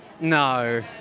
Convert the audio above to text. No